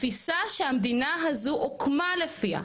תפיסה שהמדינה הזו הוקמה על פיה.